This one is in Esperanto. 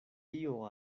tio